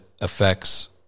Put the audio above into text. affects